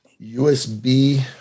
USB